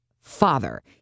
father